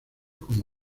como